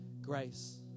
grace